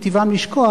מטבעם לשכוח,